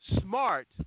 smart